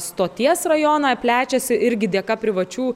stoties rajoną plečiasi irgi dėka privačių